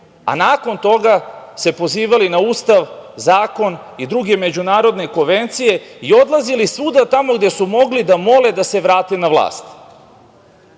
a nakon se pozivali na Ustav, zakon i druge međunarodne konvencije i odlazili svuda tamo gde su mogli da mole da se vrate na vlast.